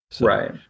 Right